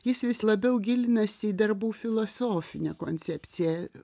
jis vis labiau gilinasi į darbų filosofinę koncepciją